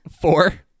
Four